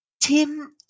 Tim